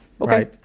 Okay